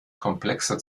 komplexer